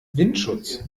windschutz